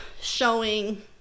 showing